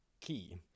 key